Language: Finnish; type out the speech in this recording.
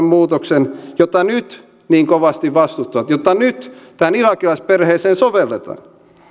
muutoksen jota nyt niin kovasti vastustatte jota nyt tähän irakilaisperheeseen sovelletaan